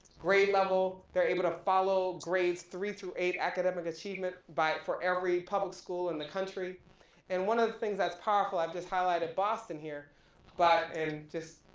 grade level, they're able to follow grades three through eight academic achievement by, for every public school in the country and one of the things that's powerful, i've just highlighted boston here but in just